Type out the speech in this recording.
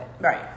Right